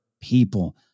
people